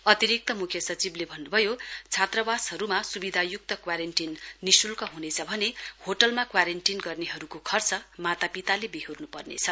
अतिरिक्त मुख्य सचिवले भन्नुभयो छात्रवासहरूमा सुविधायुक्त क्वारेन्टीन निशुल्क हुनेछ भने होटलमा क्वारेन्टिन गर्नेहरूको खर्च मातापिताले बेहोर्नुपर्नेछ